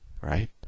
right